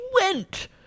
went